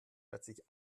plötzlich